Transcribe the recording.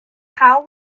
how